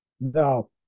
No